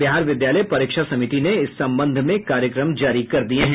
बिहार विद्यालय परीक्षा समिति ने इस संबंध में कार्यक्रम जारी कर दिये हैं